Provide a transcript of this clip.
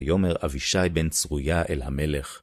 ויאמר אבישי בן צרויה אל המלך